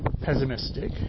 pessimistic